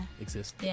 exist